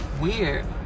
Weird